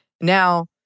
Now